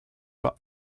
pas